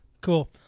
Cool